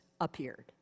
appeared